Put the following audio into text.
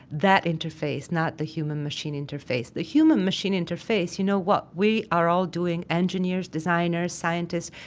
that interface. not the human-machine interface. the human-machine interface, you know, what we are all doing, engineers, designers, scientists,